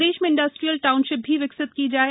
प्रदेश में industrial township भी विकसित की जाएं